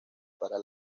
para